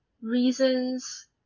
reasons